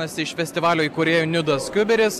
vienas iš festivalio įkūrėjų niudas kiuberis